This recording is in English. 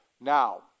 Now